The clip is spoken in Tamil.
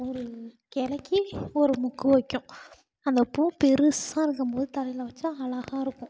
ஒரு கிளைக்கி ஒரு மொக்கு வைக்கும் அந்தப் பூ பெரிசா இருக்கும்போது தலையில் வைச்சா அழகா இருக்கும்